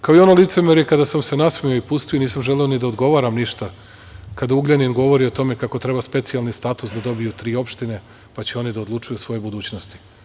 Kao i ono licemerje kada sam se nasmejao i pustio i nisam želeo ni da odgovaram ništa, kada Ugljanin govori o tome kako treba specijalni status da dobiju tri opštine, pa će oni da odlučuju o svojoj budućnosti.